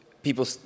People